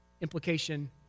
Implication